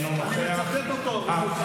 אני מצטט אותו.